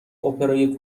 اپرای